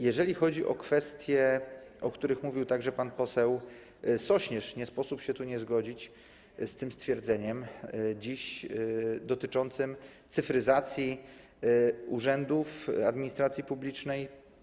Jeżeli chodzi o kwestie, o których mówił dziś także pan poseł Sośnierz, nie sposób się tu nie zgodzić z tym stwierdzeniem dotyczącym cyfryzacji urzędów administracji publicznej.